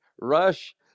Rush